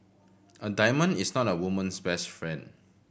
a diamond is not a woman's best friend